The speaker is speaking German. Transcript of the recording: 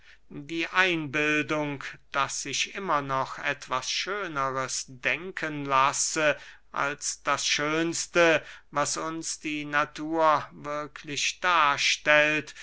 die einbildung daß sich immer noch etwas schöneres denken lasse als das schönste was uns die natur wirklich darstellt